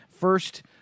first